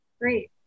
Great